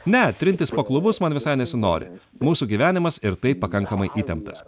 ne trintis po klubus man visai nesinori mūsų gyvenimas ir taip pakankamai įtemptas